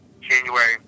January